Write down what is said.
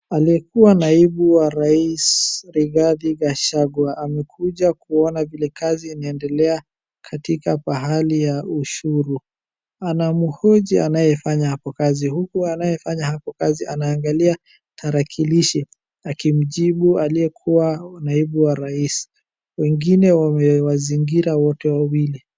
Aliyekuwa naibu wa rais Rigathi Gachagua amekuja kuona vile kazi inaendelea katika pahali ya ushuru. Anamhoji anaye fanya hapo kazi huku anayefanya hapo kazi anaangalia talakirishi akimjibu aliyekua naibu wa rais. Wengine wamewazingira wote wawili.